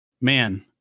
man